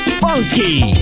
funky